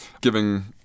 giving